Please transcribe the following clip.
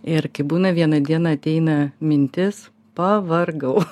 irgi būna vieną dieną ateina mintis pavargau